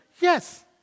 Yes